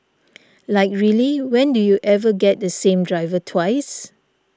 like really when do you ever get the same driver twice